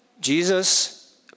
Jesus